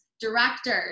directors